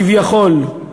כביכול,